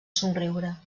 somriure